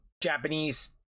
Japanese